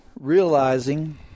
realizing